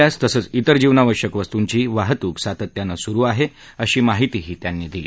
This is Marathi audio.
गप्तीतसंच इतर जीवनावश्यूक वस्तूंची वाहतूक सातत्यानं सुरु आहे अशी माहिती त्यांनी दिली